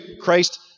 Christ